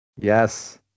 Yes